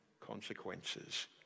consequences